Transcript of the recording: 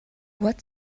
what